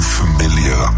familiar